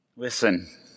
Listen